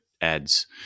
ads